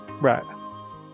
Right